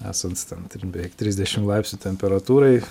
esant ten trim beveik trisdešim laipsnių temperatūrai